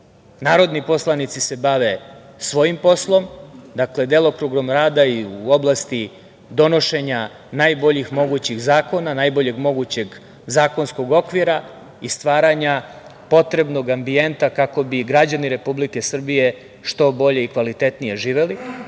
Narodni poslanici se bave svojim poslom, dakle, delokrugom rada i u oblasti donošenja najboljih mogućih zakona, najboljeg mogućeg zakonskog okvira i stvaranja potrebnog ambijenta kako bi građani Republike Srbije što bolje i kvalitetnije živeli